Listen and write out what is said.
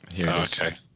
Okay